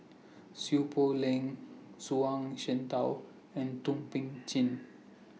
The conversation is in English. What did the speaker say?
Seow Poh Leng Zhuang Shengtao and Thum Ping Tjin